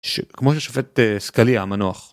כמו ששופט סקאלי המנוח.